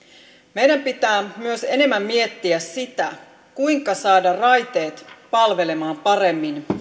meidän pitää myös enemmän miettiä sitä kuinka saada raiteet palvelemaan paremmin